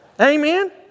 Amen